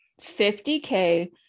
50k